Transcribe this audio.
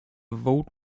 vote